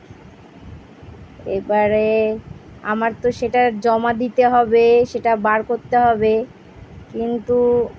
এবারে আমার তো সেটা জমা দিতে হবে সেটা বার করতে হবে কিন্তু